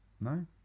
No